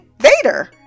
vader